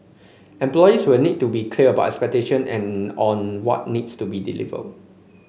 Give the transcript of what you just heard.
employers will need to be clear about expectation and on what needs to be delivered